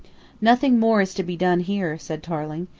nothing more is to be done here, said tarling.